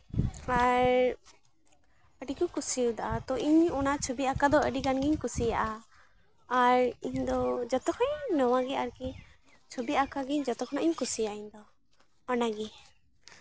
ᱟᱨ ᱟᱹᱰᱤ ᱠᱚ ᱠᱩᱥᱤᱭᱟᱫᱟ ᱛᱚ ᱤᱧ ᱚᱱᱟ ᱪᱷᱚᱵᱤ ᱟᱸᱠᱟᱣ ᱫᱚ ᱟᱹᱰᱤ ᱜᱟᱱᱤᱧ ᱠᱩᱥᱤᱭᱟᱜᱼᱟ ᱟᱨ ᱤᱧᱫᱚ ᱡᱚᱛᱚ ᱠᱷᱚᱡ ᱱᱚᱣᱟᱜᱮ ᱟᱨᱠᱤ ᱪᱷᱚᱵᱤ ᱟᱸᱠᱟᱣ ᱜᱮ ᱡᱚᱛᱚ ᱠᱷᱚᱡ ᱤᱧ ᱠᱩᱥᱤᱭᱟᱜᱼᱟ ᱤᱧᱫᱚ ᱚᱱᱟᱜᱮ